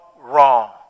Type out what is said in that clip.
wrong